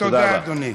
תודה רבה.